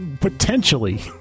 potentially